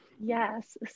Yes